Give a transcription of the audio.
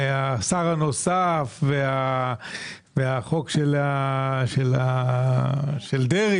השר הנוסף, החוק של דרעי